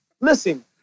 Listen